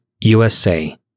usa